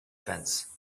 fence